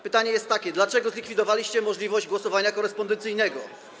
Pytanie jest takie: Dlaczego zlikwidowaliście możliwość głosowania korespondencyjnego?